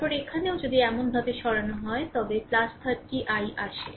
তারপরে এখানেও যদি এমনভাবে সরানো হয় তবে 30 i আসে